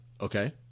Okay